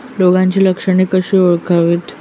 रोगाची लक्षणे कशी ओळखावीत?